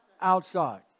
Outside